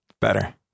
Better